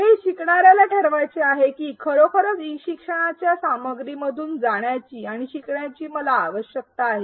हे शिकणार्याला ठरवायचे आहे की खरोखरच ई शिकणार्या सामग्रीमधून जाण्याची आणि शिकण्याची मला आवश्यकता आहे